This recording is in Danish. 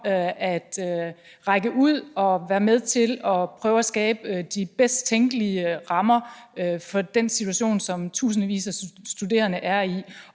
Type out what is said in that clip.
at række ud og være med til at prøve at skabe de bedst tænkelige rammer for den situation, som tusindvis af studerende er i.